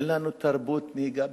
אין לנו תרבות נהיגה בישראל.